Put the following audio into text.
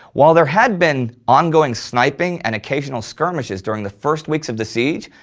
while there had been ongoing sniping and occasional skirmishes during the first weeks of the siege,